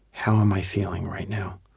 how am i feeling right now?